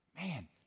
man